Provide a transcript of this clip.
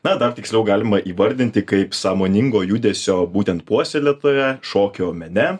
na dar tiksliau galima įvardinti kaip sąmoningo judesio būtent puoselėtoją šokio mene